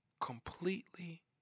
completely